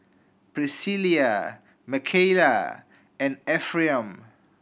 Pricilla Mckayla and Ephriam